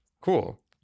Cool